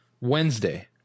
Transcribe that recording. Wednesday